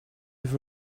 have